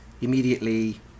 immediately